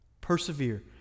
Persevere